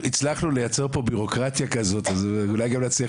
עוד מישהו